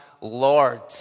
Lord